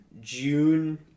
June